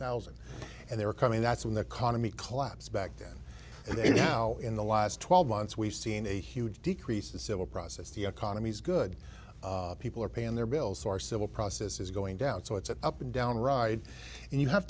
thousand and they were coming that's when the economy collapsed back then and they do now in the last twelve months we've seen a huge decrease the civil process the economy's good people are paying their bills are civil process is going down so it's an up and down ride and you have